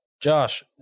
Josh